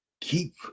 keep